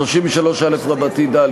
33א(ד),